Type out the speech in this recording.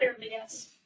yes